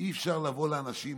שאי-אפשר לבוא לאנשים,